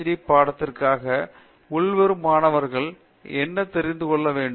D பட்டத்திற்காக உள்வரும் மாணவர்கள் என்ன தெரிந்து கொள்ள வேண்டும்